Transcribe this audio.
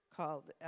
called